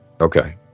okay